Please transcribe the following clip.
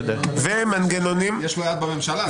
יש לו יד בממשלה.